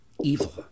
evil